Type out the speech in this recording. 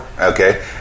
okay